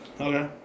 Okay